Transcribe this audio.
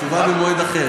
תשובה במועד אחר.